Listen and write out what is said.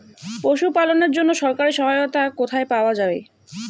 পশু পালনের জন্য সরকারি সহায়তা কোথায় পাওয়া যায়?